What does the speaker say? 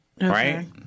right